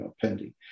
pending